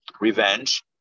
revenge